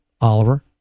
oliver